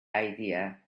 idea